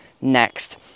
next